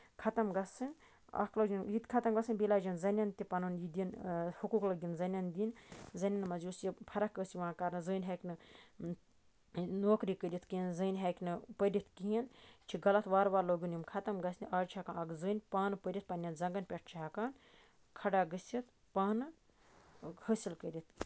خَتٔم گژھنۍ اکھ لٲجٕنۍ یہِ تہِ خَتم گژھٕنۍ بیٚیہِ لاجہِ یہِ زنین تہِ پَنُن یہِ دِنہٕ حَقوٗق زَنین دیُن زنین منٛز یُس فرق اوس یِوان کرنہٕ زٔنۍ ہٮ۪کہِ نہٕ نوکری کٔرِتھ کیٚنہہ زٔنۍ ہٮ۪کہِ نہٕ پٔرِتھ کِہینۍ یہِ چھُ غلط وارٕ وارٕ لوگُن یِم خَتٔم گژھنہِ آز چھُ ہٮ۪کان اکھ زٔنۍ پانہٕ پٔرِتھ پَنٕنین زَنگَن پٮ۪ٹھ چھُ ہٮ۪کان کھڑا گٔژھِتھ پانہٕ حٲصِل کٔرِتھ